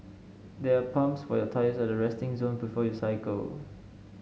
there are pumps for your tyres at the resting zone before you cycle